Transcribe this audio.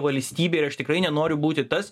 valstybė ir aš tikrai nenoriu būti tas